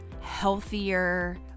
healthier